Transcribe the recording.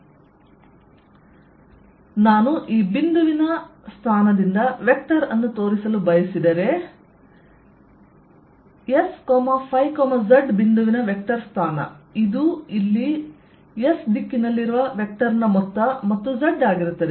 scos ϕ xsinϕ y ϕ sinϕxcosϕy zz ನಾನು ಈ ಬಿಂದುವಿನ ಸ್ಥಾನದಿಂದ ವೆಕ್ಟರ್ ಅನ್ನು ತೋರಿಸಲು ಬಯಸಿದರೆ S Z ಬಿಂದುವಿನ ವೆಕ್ಟರ್ ಸ್ಥಾನ ಇದು ಇಲ್ಲಿ S ದಿಕ್ಕಿನಲ್ಲಿರುವ ವೆಕ್ಟರ್ನ ಮೊತ್ತ ಮತ್ತು Z ಆಗಿರುತ್ತದೆ